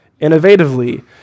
innovatively